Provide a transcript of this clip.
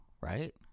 right